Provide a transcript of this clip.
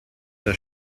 das